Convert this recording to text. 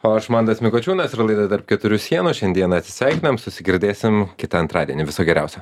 o aš mantas mikočiūnas ir laida tarp keturių sienų šiandieną atsisveikinam susigirdėsim kitą antradienį viso geriausio